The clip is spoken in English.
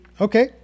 Okay